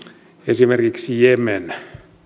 esimerkiksi jemen